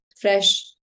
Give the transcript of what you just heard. fresh